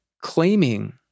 claiming